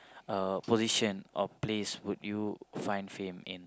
uh position or place would you find fame in